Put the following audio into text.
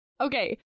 Okay